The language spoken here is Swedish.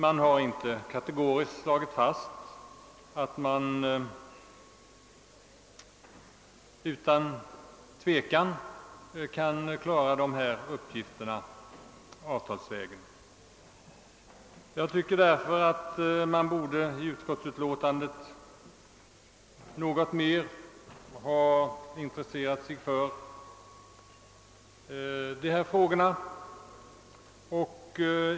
Man har dock inte kategoriskt slagit fast, att dessa problem utan tvekan kan lösas avtals vägen. Jag anser därför att man i utskottsutlåtandet hade bort något mer intressera sig för dessa frågor.